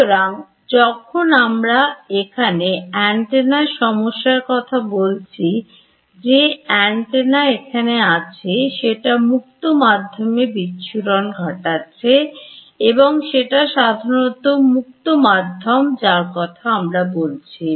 সুতরাং যখন আমরা এখানে অ্যান্টেনার সমস্যার কথা বলছি যে অ্যান্টেনা এখানে আছে সেটা মুক্ত মাধ্যমে বিচ্ছুরণ ঘটাচ্ছে এবং সেটা সাধারণত মুক্ত মাধ্যম যার কথা আমরা বলছি